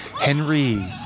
Henry